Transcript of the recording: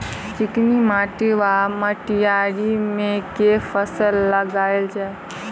चिकनी माटि वा मटीयारी मे केँ फसल लगाएल जाए?